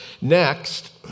Next